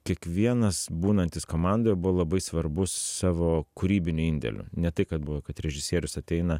kiekvienas būnantis komandoje buvo labai svarbus savo kūrybiniu indėliu ne tai kad buvo kad režisierius ateina